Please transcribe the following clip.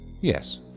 yes